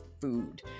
food